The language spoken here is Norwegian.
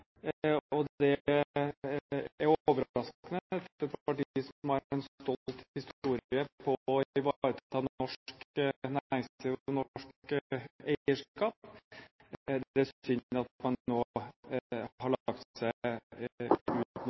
og Fremskrittspartiet. Det er overraskende for et parti som har en stolt historie når det gjelder å ivareta norsk næringsliv og norsk eierskap. Det er synd at man nå har lagt seg